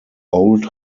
old